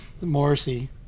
Morrissey